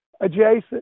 adjacent